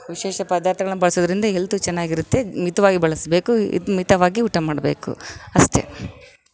ವಿಶೇಷ ಪದಾರ್ಥಗಳನ್ನು ಬಳಸೋದ್ರಿಂದ ಎಲ್ತ್ ಚೆನ್ನಾಗಿರುತ್ತೆ ಮಿತವಾಗಿ ಬಳಸ್ಬೇಕು ಇದು ಮಿತವಾಗಿ ಊಟ ಮಾಡಬೇಕು ಅಷ್ಟೆ